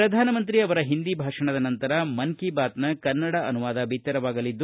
ಪ್ರಧಾನಮಂತ್ರಿ ಅವರ ಹಿಂದಿ ಭಾಷಣದ ನಂತರ ಮನ್ ಕಿ ಬಾತ್ನ ಕನ್ನಡ ಅನುವಾದ ಬಿತ್ತರವಾಗಲಿದೆ